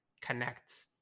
connect